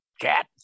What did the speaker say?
cat